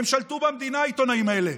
הם שלטו במדינה העיתונאים האלה.